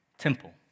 temple